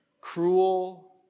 cruel